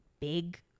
big